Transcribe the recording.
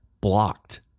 blocked